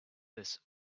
this